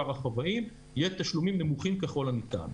החוואים יהיו תשלומים נמוכים ככל הניתן.